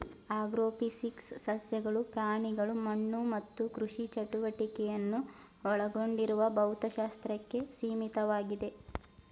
agrophysics ಸಸ್ಯಗಳು ಪ್ರಾಣಿಗಳು ಮಣ್ಣು ಮತ್ತು ಕೃಷಿ ಚಟುವಟಿಕೆಯನ್ನು ಒಳಗೊಂಡಿರುವ ಭೌತಶಾಸ್ತ್ರಕ್ಕೆ ಸೀಮಿತವಾಗಿದೆ